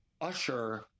Usher